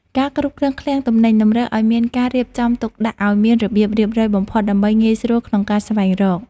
ការគ្រប់គ្រងឃ្លាំងទំនិញតម្រូវឱ្យមានការរៀបចំទុកដាក់ឱ្យមានរបៀបរៀបរយបំផុតដើម្បីងាយស្រួលក្នុងការស្វែងរក។